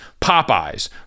Popeyes